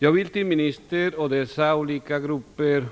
Jag vill till ministern och de olika grupperna